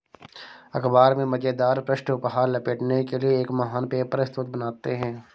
अख़बार में मज़ेदार पृष्ठ उपहार लपेटने के लिए एक महान पेपर स्रोत बनाते हैं